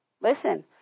Listen